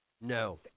No